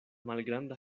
malgranda